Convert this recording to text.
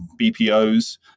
BPOs